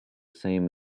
same